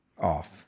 off